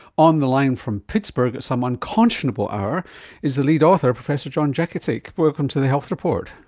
on the line from pittsburgh at some unconscionable hour is the lead author, professor john jakicic. welcome to the health report.